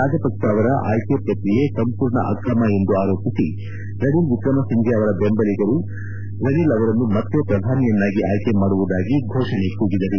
ರಾಜಪಕ್ಷ ಅವರ ಆಯ್ತೆ ಪ್ರಕ್ರಿಯೆ ಸಂಪೂರ್ಣ ಅಕ್ರಮ ಎಂದು ಆರೋಪಿಸಿ ರಣಿಲ್ ವಿಕ್ರಮಸಿಂಘೆ ಅವರ ಬೆಂಬಲಿಗರು ರಣಿಲ್ ಅವರನ್ನು ಮತ್ತೆ ಪ್ರಧಾನಿಯನ್ನಾಗಿ ಆಯ್ಲೆ ಮಾಡುವುದಾಗಿ ಘೋಷಣೆ ಕೂಗಿದರು